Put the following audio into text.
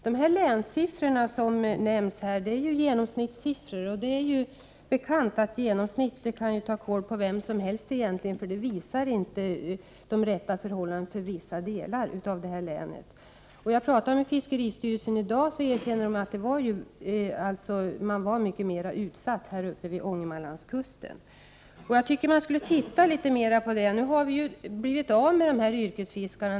De siffror som här nämnts och som gäller länen är ju genomsnittstal, och det är ju bekant att genomsnittstal kan ta kål på vem som helst, eftersom de inte visar de rätta förhållandena för vissa delar av länet. När jag talade med fiskeristyrelsen i dag erkände man att fiskarna var mycket mera utsatta här uppe vid Ångermanlandskusten. Jag tycker att man borde se litet mer på detta. Vi har ju nästan blivit av med de här yrkesfiskarna.